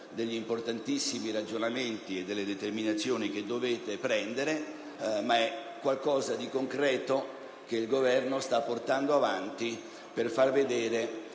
degli importantissimi ragionamenti e delle determinazioni che dovrete assumere, ma è qualcosa di concreto che il Governo sta portando avanti per mostrare